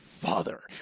Father